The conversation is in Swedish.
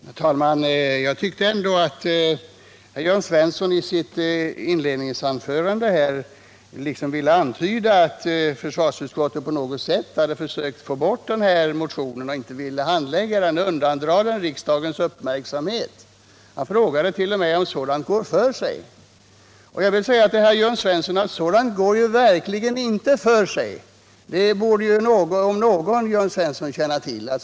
Herr talman! Jag fick det intrycket att Jörn Svensson i sitt inledningsanförande ville antyda att försvarsutskottet inte hade velat behandla vpkmotionen och hade gjort försök att dra bort riksdagens uppmärksamhet från den. Han frågade t.o.m. om sådant går för sig. Sådant går verkligen inte för sig, Jörn Svensson, det borde Jörn Svensson om någon känna till.